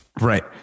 Right